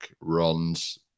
runs